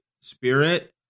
Spirit